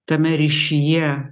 tame ryšyje